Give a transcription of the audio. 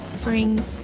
bring